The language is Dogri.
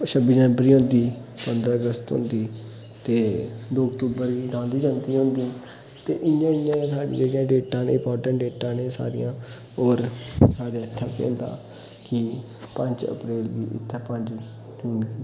छब्बी जनवरी होंदी पंदरां अगस्त होंदी ते दो अक्तुबर गी गांधी जयंती होंदी ते इ'यां इ'यां गै साढ़ी जेह्की डेटां न इम्पोर्टेन्ट डेटां न एह् सारियां होर साढ़े इ'त्थें केह् होंदा की पंज अप्रैल दी इ'त्थें पंज